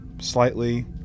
slightly